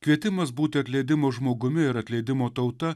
kvietimas būti atleidimo žmogumi ir atleidimo tauta